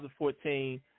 2014